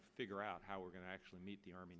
to figure out how we're going to actually meet the army